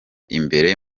imbere